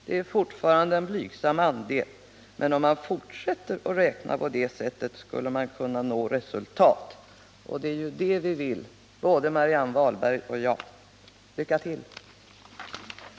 Det är fortfarande en blygsam andel, men om man fortsätter att räkna på det sättet skulle man kunna nå resultat. Och det är ju det vi vill, både Marianne Wahlberg och jag. Lycka till!